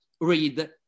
read